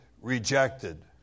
rejected